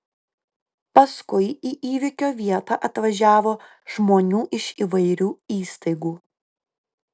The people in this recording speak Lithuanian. paskui į įvykio vietą atvažiavo žmonių iš įvairių įstaigų